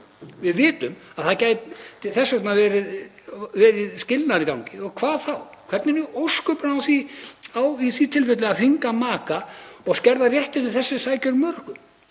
Við vitum að það gæti þess vegna verið skilnaður í gangi og hvað þá? Hvernig í ósköpunum á í slíku tilfelli að þvinga maka og skerða réttindi þess sem sækir um?